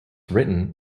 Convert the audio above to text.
written